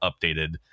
updated